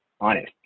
honest